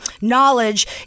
knowledge